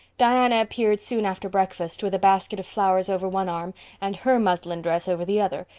diana appeared soon after breakfast, with a basket of flowers over one arm and her muslin dress over the other.